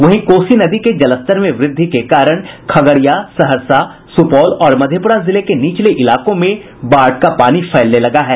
वहीं कोसी नदी के जलस्तर में वृद्धि के कारण खगड़िया सहरसा सूपौल और मधेप्रा जिले के निचले इलाकों में बाढ़ का पानी फैलने लगा है